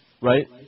Right